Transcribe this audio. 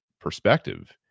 perspective